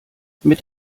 mit